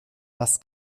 was